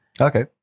Okay